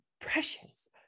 precious